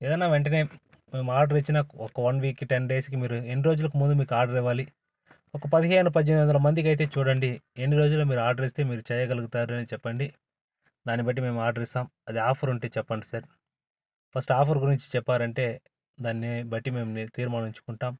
ఏదైనా వెంటనే మేము ఆర్డర్ ఇచ్చిన ఒక వన్ వీక్ టెన్ డేస్కి మీరు ఎన్ని రోజులకు ముందు మీకు ఆర్డర్ ఇవ్వాలి ఒక పదిహేను పద్దెనిమిది వందల మందికి అయితే చూడండి ఎన్ని రోజులకు మీరు ఆర్డర్ ఇస్తే మీరు చేయగలుగుతారో చెప్పండి దాన్ని బట్టి మేము ఆర్డర్ ఇస్తాం అది ఆఫర్ ఉంటే చెప్పండి సార్ ఫస్ట్ ఆఫర్ గురించి చెప్పారంటే దాన్ని బట్టి మేము మీకు తీర్మానించుకుంటాం